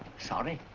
sorry.